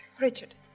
Richard